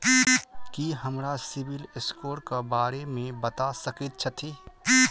की अहाँ हमरा CIBIL score क बारे मे बता सकइत छथि?